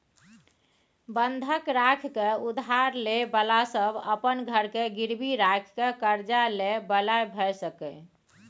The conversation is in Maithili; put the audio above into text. बंधक राखि के उधार ले बला सब अपन घर के गिरवी राखि के कर्जा ले बला भेय सकेए